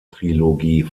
trilogie